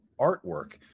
artwork